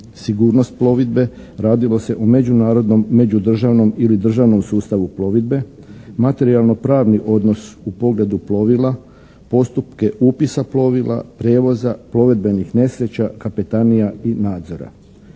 Sigurnost plovidbe radilo se o međunarodnom, međudržavnom ili državnom sustavu plovidbe, materijalno-pravni odnos u pogledu plovila, postupke upisa plovila, prijevoza, plovedbenih nesreća, kapetanija i nadzora.